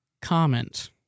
Comment